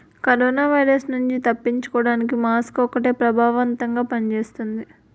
corona virus నుండి తప్పించుకోడానికి mask ఒక్కటే ప్రభావవంతంగా పని చేస్తుంది